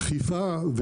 אכיפה,